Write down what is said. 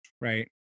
right